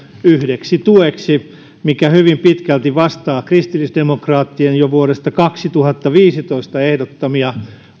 yhdeksi tueksi mikä hyvin pitkälti vastaa kristillisdemokraattien jo vuodesta kaksituhattaviisitoista ehdottamia